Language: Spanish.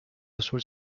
azul